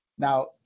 Now